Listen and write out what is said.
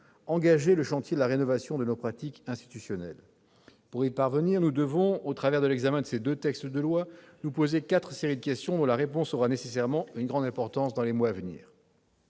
engager le chantier de la rénovation de nos pratiques institutionnelles. Pour y parvenir, nous devons, au travers de l'examen de ces deux projets de loi, nous poser quatre séries de questions, dont la réponse aura nécessairement une grande importance dans les mois à venir.